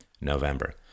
November